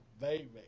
baby